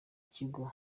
kigo